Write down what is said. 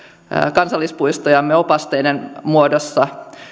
kansallispuistojamme opasteiden muodossa